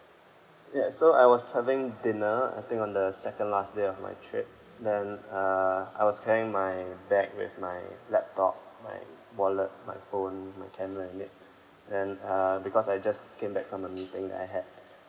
ya so I was having dinner I think on the second last day of my trip then uh I was carrying my bag with my laptop my wallet my phone my camera in it then uh because I just came back from a meeting that I had